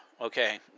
okay